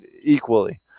equally